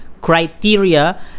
criteria